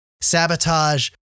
sabotage